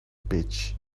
beach